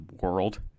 world